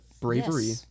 bravery